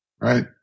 right